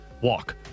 walk